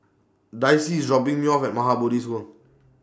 Dicy IS dropping Me off At Maha Bodhi School